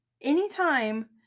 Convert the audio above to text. anytime